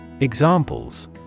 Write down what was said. Examples